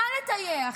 מה לטייח?